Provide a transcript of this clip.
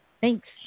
Thanks